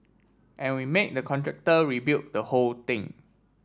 and we made the contractor rebuild the whole thing